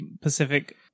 Pacific